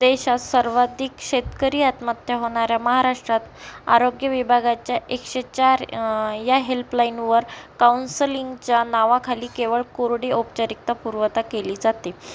देशात सर्वाधिक शेतकरी आत्महत्या होणाऱ्या महाराष्ट्रात आरोग्य विभागाच्या एकशे चार या हेल्पलाइनवर काउंसलिंगच्या नावाखाली केवळ कोरडी औपचारिकता पुरवता केली जाते